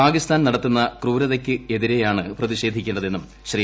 പാകിസ്ഥാൻ നടത്തുന്ന ക്രൂരതയ്ക്കെതിരെയാണ് പ്രതിഷ്യേട്ടിക്കേണ്ടതെന്നും ശ്രീ